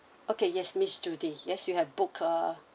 okay yes miss judy yes you have book uh